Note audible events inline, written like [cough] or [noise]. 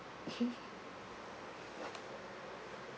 [laughs]